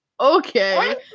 okay